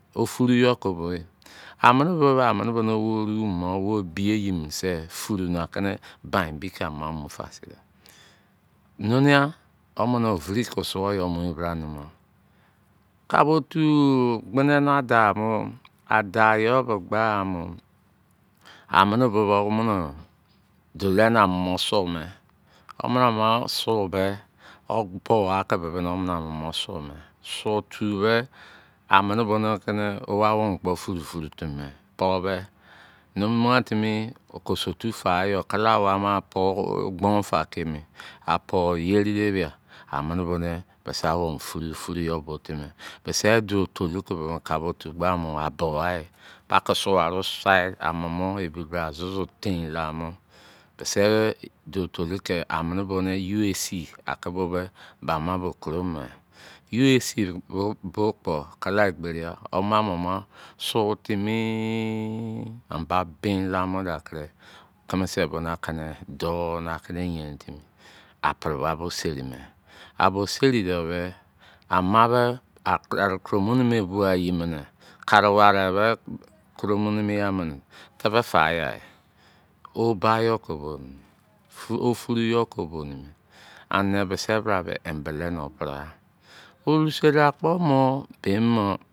O furu yo ko bo e amene bo amene bo wo oru mo ebi iye se furuna ke ne ban beke ama mufa sui ne. Nimi ghan omene oviri ke suo yo mo bra kpo numu ghan kabo otu gbeni na dau mo a dau yo ke gba mu amene bubo ke mune de se am mo su me amene ma sume obo ka be be su tu me amene bo ne kene owa obo bo furu kimi pobe numughan timi oko sutu fa yo po gbonfa keme abo yere erea ame bo ne mise owo bo furu furu yo bo timi mise yo do tolo be kabo otu mo gba mo a bowa pa ke su aro sa amu mu ebi bra susu tim la mo mise tolo te amene one uav a ke bo be kuo me uac bo po kala egberi ya o ma mu sustimi amber bin la mo kre kemesi na kene dou na ke ne yerni timi o pre wi bo seri me. Abo seri do me ama me a claro clo ebi e yeme ne kara ware me koro mu mian mu mene tebe fayan e oba yo kobo, o furu yo kobo ane bise bra me embele na pre ai orusare akpo mo ben mo